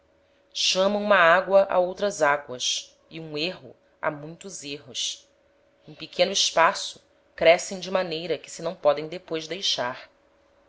chama uma agoa a outras agoas e um erro a muitos erros em pequeno espaço crescem de maneira que se não podem depois deixar